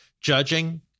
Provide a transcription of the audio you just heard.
judging